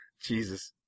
Jesus